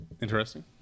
Interesting